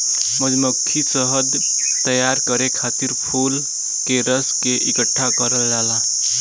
मधुमक्खी शहद तैयार करे खातिर फूल के रस के इकठ्ठा करल जाला